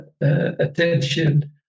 attention